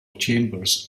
chambers